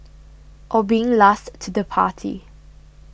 or being last to the party